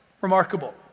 Remarkable